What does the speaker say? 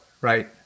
Right